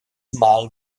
mal